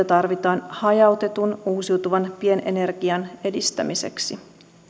tarvitaan hajautetun uusiutuvan pienenergian edistämiseksi